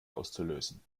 auszulösen